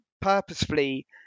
purposefully